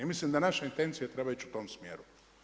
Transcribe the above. I mislim da naša intencija treba ići u tom smjeru.